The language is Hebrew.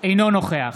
אינו נוכח